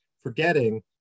forgetting